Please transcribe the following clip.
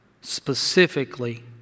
specifically